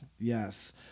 Yes